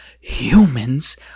Humans